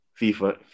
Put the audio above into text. FIFA